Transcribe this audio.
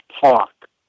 Park